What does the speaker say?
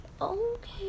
okay